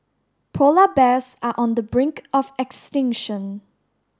polar bears are on the brink of extinction